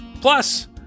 Plus